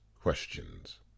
Questions